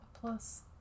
plus